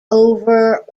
over